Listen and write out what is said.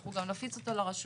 אנחנו גם נפציץ אותו לרשויות,